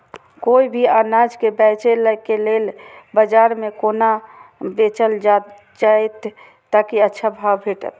कोय भी अनाज के बेचै के लेल बाजार में कोना बेचल जाएत ताकि अच्छा भाव भेटत?